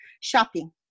shopping